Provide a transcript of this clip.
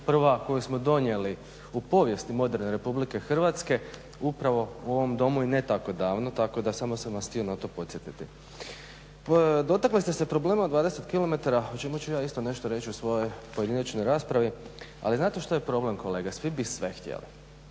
prva koju smo donijeli u povijesti moderne RH, upravo u ovom Domu i ne tako davno tako da samo sam vas htio na to podsjetiti. Dotakli ste se problema 20 kilometara o čemu ću ja isto nešto reći u svojoj pojedinačnoj raspravi, ali znate što je problem kolega? Svi bi sve htjeli.